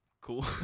Cool